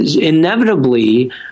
inevitably